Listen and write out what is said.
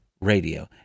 radio